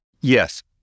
Yes